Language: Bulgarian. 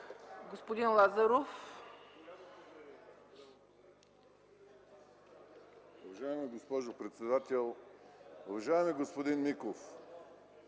Господин Лазаров.